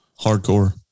Hardcore